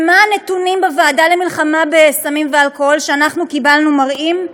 ומה הנתונים בוועדה למלחמה בסמים ואלכוהול שאנחנו קיבלנו מראים?